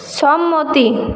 সম্মতি